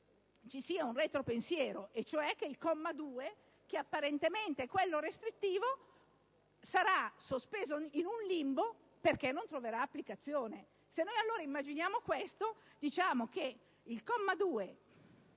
ci sia un retropensiero, e cioè che il comma 2, che apparentemente è restrittivo, sarà sospeso in un limbo perché non troverà applicazione. Se allora immaginiamo questo, diciamo che il comma 2